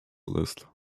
list